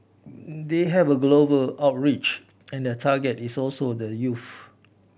they have a global outreach and their target is also the youth